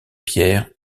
pierre